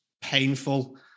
painful